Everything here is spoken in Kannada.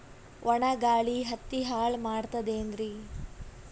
ಒಣಾ ಗಾಳಿ ಹತ್ತಿ ಹಾಳ ಮಾಡತದೇನ್ರಿ?